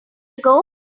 ago